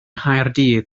nghaerdydd